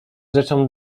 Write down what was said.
rzeczą